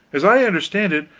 as i understand it,